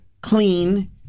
clean